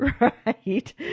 right